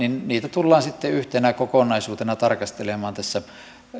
tullaan sitten yhtenä kokonaisuutena tarkastelemaan tässä